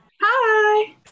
Hi